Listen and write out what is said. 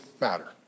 matter